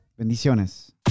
Bendiciones